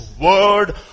word